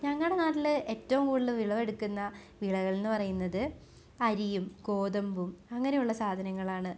ഞങ്ങളുടെ നാട്ടിലെ ഏറ്റോം കൂടുതൽ വിളവെടുക്കുന്ന വിളകൾ എന്ന് പറയുന്നത് അരിയും ഗോതമ്പും അങ്ങനെയുള്ള സാധനങ്ങളാണ്